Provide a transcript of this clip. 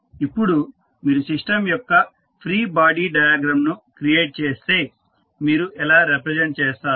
ఇప్పుడు మీరు సిస్టం యొక్క ఫ్రీ బాడీ డయాగ్రమ్ ను క్రియేట్ చేస్తే మీరు ఎలా రిప్రజెంట్ చేస్తారు